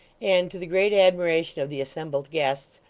and, to the great admiration of the assembled guests,